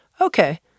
Okay